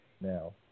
now